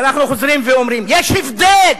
ואנחנו חוזרים ואומרים: יש הבדל